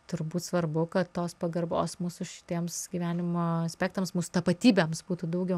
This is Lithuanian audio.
turbūt svarbu kad tos pagarbos mūsų šitiems gyvenimo aspektams mūsų tapatybėms būtų daugiau